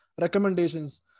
recommendations